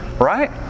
right